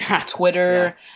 Twitter